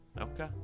Okay